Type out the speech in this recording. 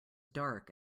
dark